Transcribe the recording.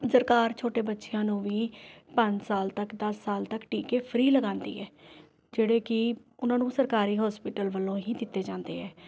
ਸਰਕਾਰ ਛੋਟੇ ਬੱਚਿਆਂ ਨੂੰ ਵੀ ਪੰਜ ਸਾਲ ਤੱਕ ਦਸ ਸਾਲ ਤੱਕ ਟੀਕੇ ਫ੍ਰੀ ਲਗਾਉਂਦੀ ਹੈ ਜਿਹੜੇ ਕਿ ਉਨ੍ਹਾਂ ਨੂੰ ਸਰਕਾਰੀ ਹੋਸਪੀਟਲ ਵੱਲੋਂ ਹੀ ਦਿੱਤੇ ਜਾਂਦੇ ਹੈ